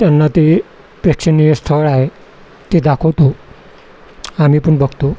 त्यांना ते प्रेक्षणीय स्थळ आहे ते दाखवतो आम्ही पण बघतो